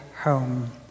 home